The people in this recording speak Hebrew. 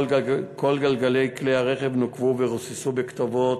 כל גלגלי כלי הרכב נוקבו ורוססו הכתובות: